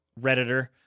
redditor